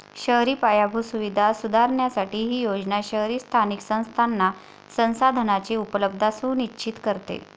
शहरी पायाभूत सुविधा सुधारण्यासाठी ही योजना शहरी स्थानिक संस्थांना संसाधनांची उपलब्धता सुनिश्चित करते